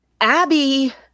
Abby